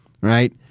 right